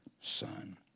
son